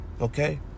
Okay